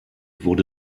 wurde